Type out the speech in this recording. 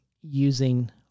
using